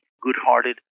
good-hearted